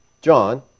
John